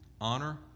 honor